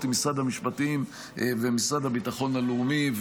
עם משרד המשפטים והמשרד לביטחון לאומי.